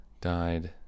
died